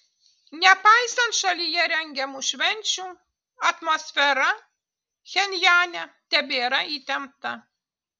nepaisant šalyje rengiamų švenčių atmosfera pchenjane tebėra įtempta